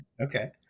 okay